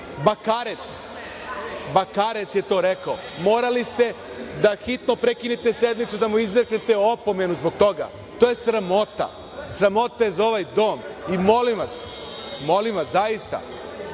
Bakarec je to rekao. Morali ste da hitno prekinete sednicu, da mu izreknete opomenu zbog toga. To je sramota. Sramota je za ovaj dom i molim vas zaista,